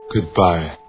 Goodbye